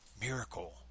Miracle